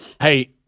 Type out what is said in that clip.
Hey